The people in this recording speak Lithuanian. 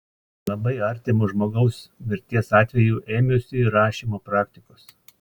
labai artimo žmogaus mirties atveju ėmiausi rašymo praktikos